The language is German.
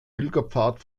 pilgerpfad